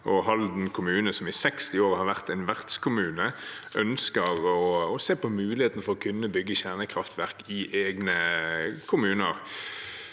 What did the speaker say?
Halden kommune, som i 60 år har vært en vertskommune, ønsker å se på mulighetene for å kunne bygge kjernekraftverk i egne kommuner.